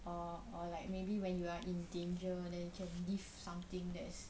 or or like maybe when you are in danger then you can lift something that's